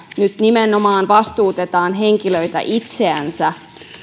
nyt nimenomaan vastuutetaan henkilöitä itseänsä